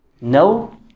No